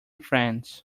friends